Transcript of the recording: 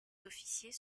officiers